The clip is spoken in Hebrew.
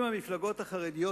אם המפלגות החרדיות,